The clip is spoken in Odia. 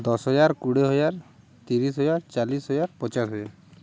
ଦଶ ହଜାର କୋଡ଼ିଏ ହଜାର ତିରିଶି ହଜାର ଚାଲିଶି ହଜାର ପଚାଶ ହଜାର